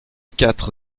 quatre